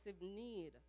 need